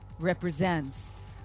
Represents